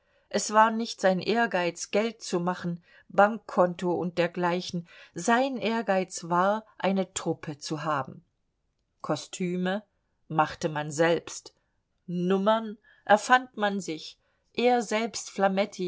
es war nicht sein ehrgeiz geld zu machen bankkonto und dergleichen sein ehrgeiz war eine truppe zu haben kostüme machte man selbst nummern erfand man sich er selbst